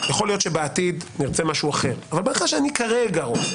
יכול להיות שבעתיד נרצה משהו אחר אבל בהנחה שאני כרגע רוצה,